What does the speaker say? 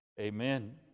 Amen